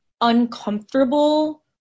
uncomfortable